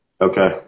Okay